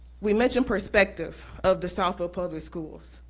we mentioned perspective of the southfield public schools,